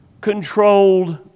controlled